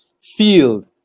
field